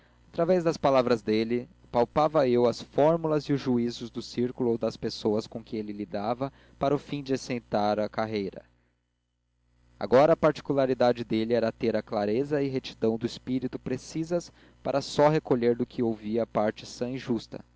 através das palavras dele apalpava eu as fórmulas e os juízos do círculo ou das pessoas com quem ele lidava para o fim de encetar a carreira agora a particularidade dele era a clareza e retidão de espírito precisas para só recolher do que ouvia a parte sã e justa